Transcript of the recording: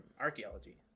archaeology